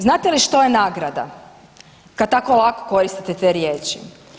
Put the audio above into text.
Znate li što je nagrada kad tako lako koristite te riječi.